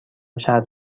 شرط